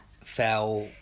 fell